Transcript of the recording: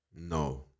No